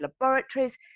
laboratories